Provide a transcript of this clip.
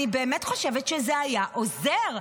אני באמת חושבת שזה היה עוזר.